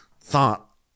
thought